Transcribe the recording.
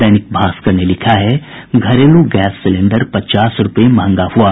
दैनिक भास्कर ने लिखा है घरेलू गैस सिलेंडर पचास रूपये महंगा हुआ